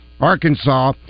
Arkansas